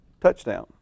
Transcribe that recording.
touchdown